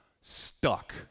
stuck